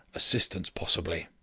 assistance possibly.